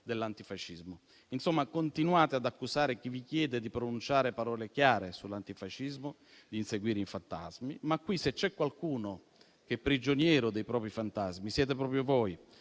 dell'antifascismo. Insomma, continuate ad accusare chi vi chiede di pronunciare parole chiare sull'antifascismo di inseguire i fantasmi. Ma qui, se c'è qualcuno che è prigioniero dei propri fantasmi, siete proprio voi: